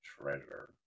treasure